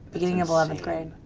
beginning of eleventh grade.